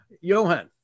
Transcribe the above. johan